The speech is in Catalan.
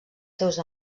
seus